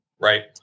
Right